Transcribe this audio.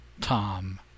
Tom